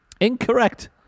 Incorrect